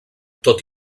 tot